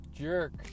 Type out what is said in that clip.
jerk